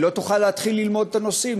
לא תוכל להתחיל ללמוד את הנושאים.